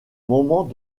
moments